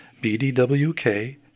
bdwk